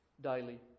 daily